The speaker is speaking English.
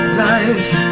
life